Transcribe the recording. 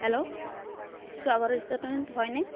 hello স্বাগত restaurant হয়নে